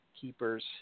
keepers